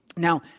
now,